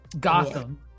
Gotham